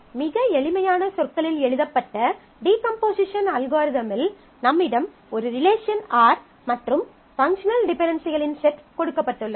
மிக எளிமையான சொற்களில் எழுதப்பட்ட டீகம்போசிஷன் அல்காரிதமில் நம்மிடம் ஒரு ரிலேஷன் R மற்றும் பங்க்ஷனல் டிபென்டென்சிகளின் செட் கொடுக்கப்பட்டுள்ளது